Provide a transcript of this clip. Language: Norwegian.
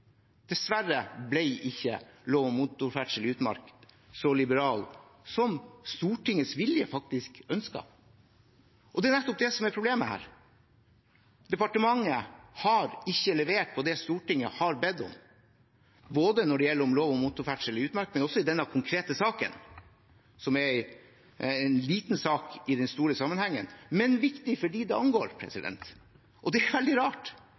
Dessverre ble ikke lov om motorferdsel i utmark så liberal som Stortinget faktisk ønsket. Det er nettopp det som er problemet. Departementet har ikke levert på det Stortinget har bedt om, verken når det gjelder lov om motorferdsel i utmark, eller i denne konkrete saken, som er en liten sak i den store sammenhengen, men viktig for dem det angår. Det er veldig rart. Det er veldig rart